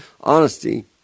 honesty